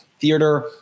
theater